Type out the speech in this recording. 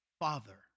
father